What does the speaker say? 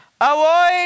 Avoid